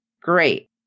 Great